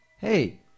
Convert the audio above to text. Hey